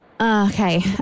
Okay